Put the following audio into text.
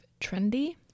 trendy